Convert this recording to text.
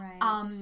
Right